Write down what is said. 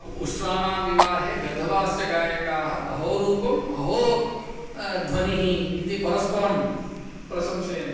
उष्ट्राणां विवाहे गर्दभाश्च गायकाः अहो रूपम् अहो ध्वनिः इति परस्परं प्रशंसयन्